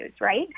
right